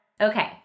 Okay